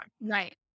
Right